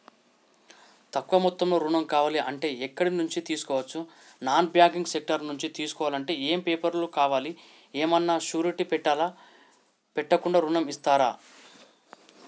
తక్కువ మొత్తంలో ఋణం కావాలి అంటే ఎక్కడి నుంచి తీసుకోవచ్చు? నాన్ బ్యాంకింగ్ సెక్టార్ నుంచి తీసుకోవాలంటే ఏమి పేపర్ లు కావాలి? ఏమన్నా షూరిటీ పెట్టాలా? పెట్టకుండా ఋణం ఇస్తరా?